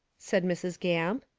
said mrs. gamp.